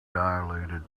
dilated